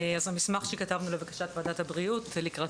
המסמך שכתבנו לבקשת ועדת הבריאות לקראת